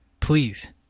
Please